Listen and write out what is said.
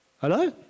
Hello